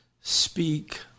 speak